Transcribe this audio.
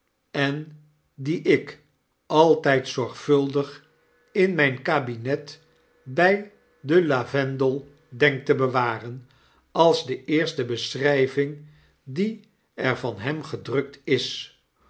en die ik altijd zorgvuldig in mijn kabinet bij de iavendel denk te bewaren als de eerste beschri ving die er van hem gedrukt is